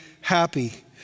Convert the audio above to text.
happy